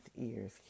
ears